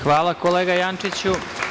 Hvala kolega Jančiću.